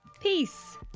Peace